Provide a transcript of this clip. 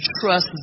trust